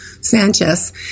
Sanchez